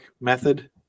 method